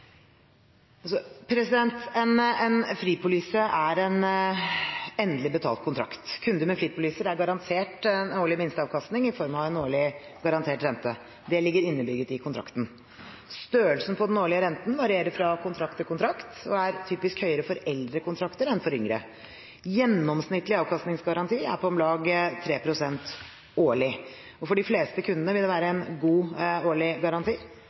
En fripolise er en endelig betalt kontrakt. Kunder med fripoliser er garantert en årlig minsteavkastning i form av en årlig garantert rente. Det ligger innebygget i kontrakten. Størrelsen på den årlige renten varierer fra kontrakt til kontrakt og er typisk høyere for eldre kontrakter enn for nyere. Gjennomsnittlig avkastningsgaranti er på om lag 3 pst. årlig, og for de fleste kundene vil det være en god årlig garanti,